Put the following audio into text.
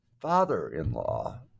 father-in-law